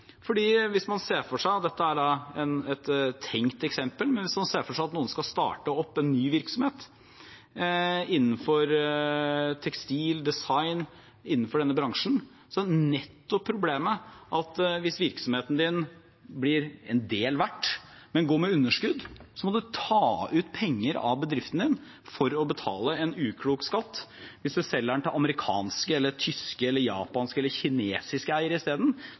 Hvis man ser for seg – og dette er et tenkt eksempel – at noen skal starte opp en ny virksomhet innenfor tekstil, design, innenfor denne bransjen, er problemet at hvis virksomheten din blir en del verdt, men går med underskudd, må du ta ut penger av bedriften din for å betale en uklok skatt. Hvis du selger den til amerikanske, tyske, japanske eller kinesiske eiere i